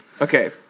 Okay